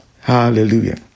Hallelujah